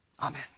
Amen